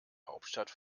hauptstadt